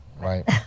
Right